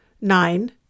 Nine